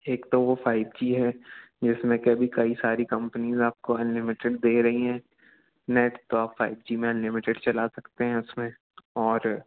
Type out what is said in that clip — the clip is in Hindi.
एक तो वह फाइव जी है जिसमें के अभी कई सारी कंपनीज़ आपको अनलिमिटेड दे रही हैं नेट तो आप फाइव जी में अनलिमिटेड चला सकते हैं उसमें और